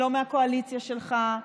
לא מהקואליציה שלך,